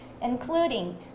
including